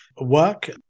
work